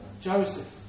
Joseph